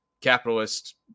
capitalist